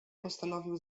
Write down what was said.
postanowił